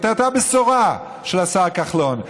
מחיר למשתכן, זאת הייתה בשורה של השר כחלון.